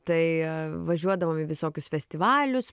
tai važiuodavom į visokius festivalius